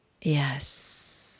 Yes